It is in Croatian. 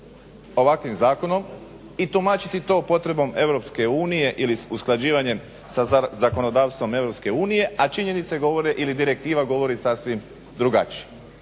ovakvim zakonom i tumačiti to potrebom EU ili usklađivanjem sa zakonodavstvom EU a činjenice govore ili direktiva govori sasvim drugačije.